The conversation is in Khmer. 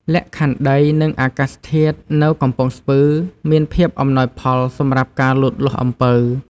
លក្ខខណ្ឌដី និងអាកាសធាតុនៅកំពង់ស្ពឺ មានភាពអំណោយផលសម្រាប់ការលូតលាស់អំពៅ។